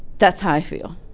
that's how i feel.